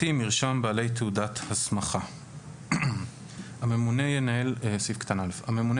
מרשם בעלי תעודות הסמכה 2ד. (א)הממונה ינהל מרשם